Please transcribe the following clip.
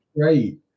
Great